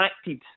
acted